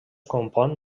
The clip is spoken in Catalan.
compon